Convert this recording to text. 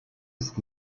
ist